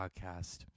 Podcast